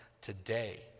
today